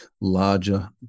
larger